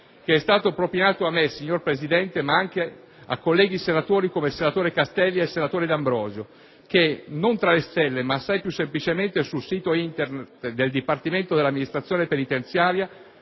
che è stato propinato a me, signor Presidente, ma anche a colleghi senatori come Castelli e D'Ambrosio, che - non tra le stelle, ma assai più semplicemente sul sito Internet del DAP (Dipartimento dell'amministrazione penitenziaria)